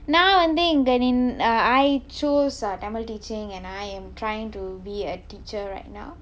நான் வந்து இங்க நின்~:naan vanthu inga nin~ err I chose uh tamil teaching and I am trying to be a teacher right now